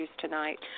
tonight